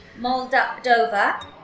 Moldova